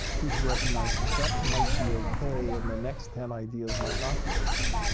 we should recognize that that might be okay, and the next ten ideas might not be okay.